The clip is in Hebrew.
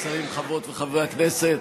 השרים, חברות וחברי הכנסת,